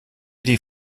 die